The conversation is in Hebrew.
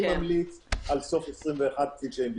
אני ממליץ על סוף 2021 כפי שהם ביקשו.